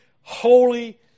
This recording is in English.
holy